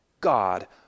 God